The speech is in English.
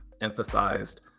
emphasized